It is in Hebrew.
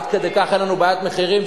עד כדי כך אין לנו בעיית מחירים,